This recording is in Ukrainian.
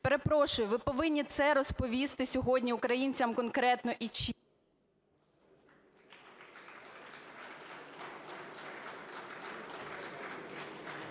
Перепрошую, ви повинні це розповісти сьогодні українцям конкретно і чітко.